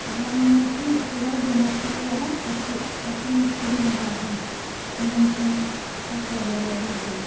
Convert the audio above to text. گامَن مَنٛز چھِ مشکلات ڈونٛٹھ چھُ پیٚوان اسہِ چھُ گَژھان مشکل یِمَن باغَن یِمَن چھُنہٕ اسہِ پَتہِ سیٚزَر روزان کیٚنٛہہ